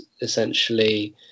essentially